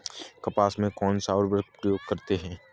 कपास में कौनसा उर्वरक प्रयोग करते हैं?